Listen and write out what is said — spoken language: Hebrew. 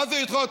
מה זה לדחות?